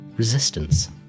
Resistance